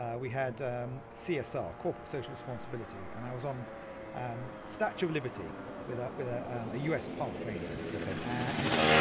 we had csr, corporate social responsibility, and i was on um statue of liberty with ah with ah a u s. park ranger and he said,